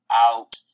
out